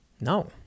No